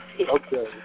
Okay